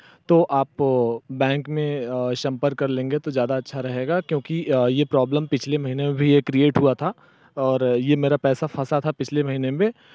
तो आप बैंक में संपर्क कर लेंगे तो ज़्यादा अच्छा रहेगा क्योंकि ये प्रॉब्लम पिछले महीने भी ये क्रिएट हुआ था और ये मेरा पैसा फसा था पिछले महीने में